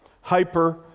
Hyper